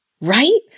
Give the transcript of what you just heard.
Right